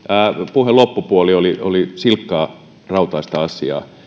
puheen loppupuoli oli oli silkkaa rautaista asiaa